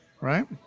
Right